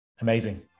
amazing